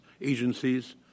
agencies